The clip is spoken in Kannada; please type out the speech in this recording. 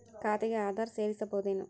ಖಾತೆಗೆ ಆಧಾರ್ ಸೇರಿಸಬಹುದೇನೂ?